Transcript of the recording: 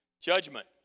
Judgment